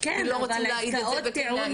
כי לא רוצים להעיד את זה וכן להעיד את זה.